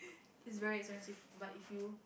is very expensive but if you